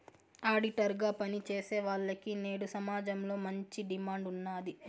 auditor గా పని చేసేవాల్లకి నేడు సమాజంలో మంచి డిమాండ్ ఉన్నాది